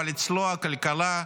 אבל אצלו הכלכלה,